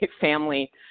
family